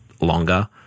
longer